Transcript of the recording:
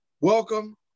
Welcome